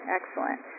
Excellent